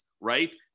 right